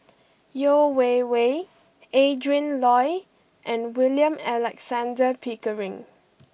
Yeo Wei Wei Adrin Loi and William Alexander Pickering